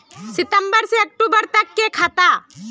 सितम्बर से अक्टूबर तक के खाता?